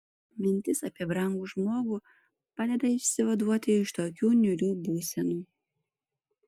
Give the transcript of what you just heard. mintis apie brangų žmogų padeda išsivaduoti iš tokių niūrių būsenų